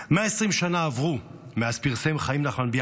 120 שנה עברו מאז פרסם חיים נחמן ביאליק